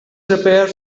prepare